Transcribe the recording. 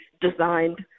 designed